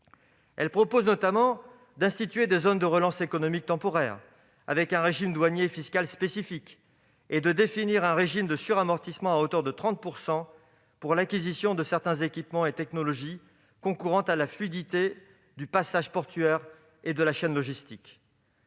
Elle propose notamment d'instituer des zones de relance économique temporaires, avec un régime douanier et fiscal spécifique, et de définir un régime de suramortissement à hauteur de 30 % pour l'acquisition de certains équipements et technologies concourant à la fluidité du passage portuaire et de la chaîne logistique.